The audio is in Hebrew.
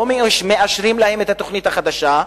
לא מאשרים להם את התוכנית החדשה.